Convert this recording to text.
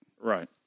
Right